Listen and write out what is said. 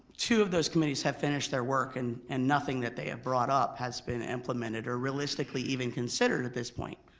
two of those committees have finished their work and and nothing that they have brought up has been implemented or realistically even considered at this point,